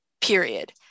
period